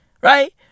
right